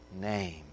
name